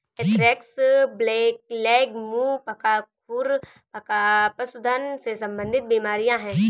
anthrax, blackleg, मुंह पका, खुर पका पशुधन से संबंधित बीमारियां हैं